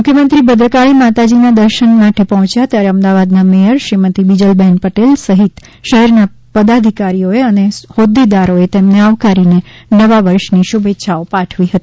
મુખ્યમંત્રીશ્રી ભદ્રકાળી માતાજીના દર્શન માટે પહોંચ્યા ત્યારે અમદાવાદના મેયર શ્રીમતિ બિજલબેન પટેલ સહિત શહેરના પદાધિકારીઓએ અને હોદ્દેદારોએ તેમને આવકારી નવા વર્ષની શુભેચ્છા પણ પાઠવી હતી